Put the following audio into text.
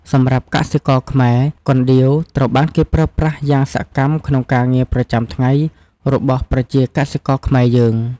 សម្រាប់កសិករខ្មែរ កណ្ដៀវ ត្រូវបានគេប្រើប្រាស់យ៉ាងសកម្មក្នុងការងារប្រចាំថ្ងៃរបស់ប្រជាកសិករខ្មែរយើង។